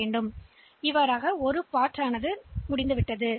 எனவே குவிக்கும் உள்ளடக்கம் இது போன்றது